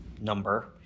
number